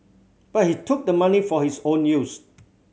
but he took the money for his own use